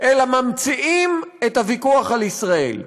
אלא ממציאים את הוויכוח על ישראל.